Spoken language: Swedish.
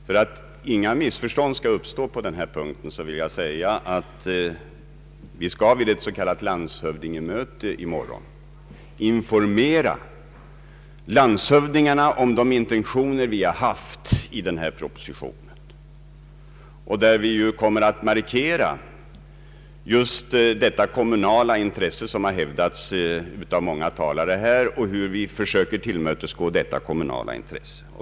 För att inga missförstånd skall uppstå på denna punkt vill jag anföra att vi vid ett s.k. landshövdingemöte i morgon skall informera landshövdingarna om de intentioner vi haft vid utarbetandet av denna proposition. Vi kommer att markera just det kommunala intresse som betonats av många talare i dag och hur vi försöker tillvarata de kommunala intressena.